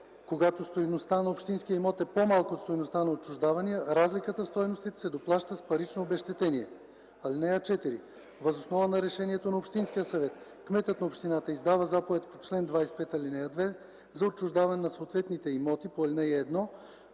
Когато стойността на общинския имот е по-малка от стойността на отчуждавания, разликата в стойностите се доплаща с парично обезщетение. (4) Въз основа на решението на общинския съвет, кметът на общината издава заповед по чл. 25, ал. 2 за отчуждаване на съответните имоти по ал. 1